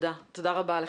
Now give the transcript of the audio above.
תודה רבה לך.